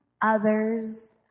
others